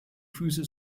füße